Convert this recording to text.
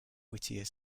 whittier